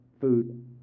Food